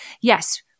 Yes